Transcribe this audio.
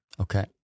Okay